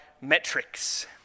metrics